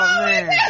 man